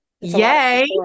Yay